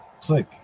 Click